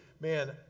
man